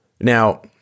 Now